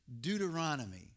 Deuteronomy